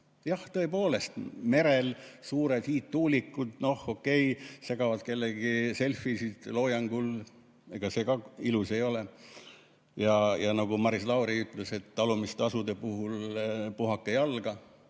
Jah, tõepoolest, merel suured hiidtuulikud – okei, segavad kellegi selfisid loojangul, ega see ka ilus ei ole. Ja nagu Maris Lauri ütles, et talumistasude puhul puhake jalga.